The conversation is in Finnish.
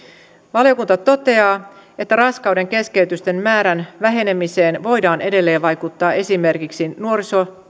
valiokunta toteaa että raskaudenkeskeytysten määrän vähenemiseen voidaan edelleen vaikuttaa esimerkiksi